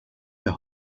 der